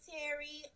Terry